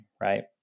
right